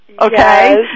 okay